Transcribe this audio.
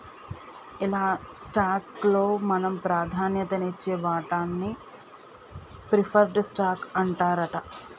ఎలా స్టాక్ లో మనం ప్రాధాన్యత నిచ్చే వాటాన్ని ప్రిఫర్డ్ స్టాక్ అంటారట